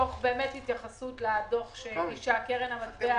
תוך התייחסות לדוח של קרן המטבע הבין-לאומית.